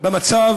במצב